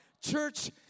Church